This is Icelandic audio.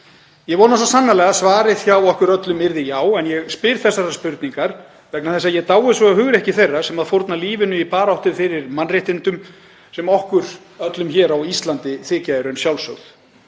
Ég vona svo sannarlega að svarið hjá okkur öllum yrði já, en ég spyr þessarar spurningar vegna þess að ég dáist að hugrekki þeirra sem fórna lífinu í baráttu fyrir mannréttindum sem okkur öllum á Íslandi þykir sjálfsögð.